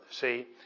See